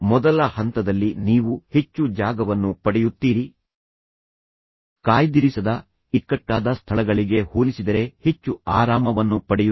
ಮೊದಲ ಹಂತದಲ್ಲಿ ನೀವು ಹೆಚ್ಚು ಜಾಗವನ್ನು ಪಡೆಯುತ್ತೀರಿ ಕಾಯ್ದಿರಿಸದ ಇಕ್ಕಟ್ಟಾದ ಸ್ಥಳಗಳಿಗೆ ಹೋಲಿಸಿದರೆ ಹೆಚ್ಚು ಆರಾಮವನ್ನು ಪಡೆಯುತ್ತೀರಿ